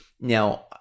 Now